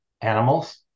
animals